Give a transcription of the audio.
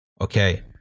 Okay